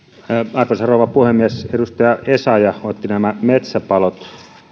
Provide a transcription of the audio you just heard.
arvoisa rouva puhemies edustaja essayah otti metsäpalot